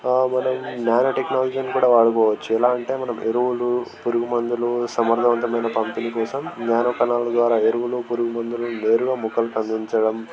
మనం నానో టెక్నాలజీని కూడా వాడుకోవచ్చు ఎలా అంటే మనం ఎరువులు పురుగు మందులు సమర్థవంతమైన పంపిణీ కోసం నానో కణాల ద్వారా ఎరువులు పురుగు మందులు నేరుగా మొక్కలకు అందించడం